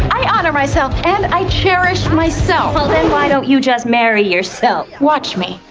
i honor myself, and i cherish myself. then why don't you just marry yourself? watch me!